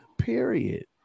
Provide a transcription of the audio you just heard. Period